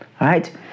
right